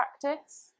practice